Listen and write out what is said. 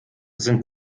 sind